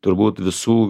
turbūt visų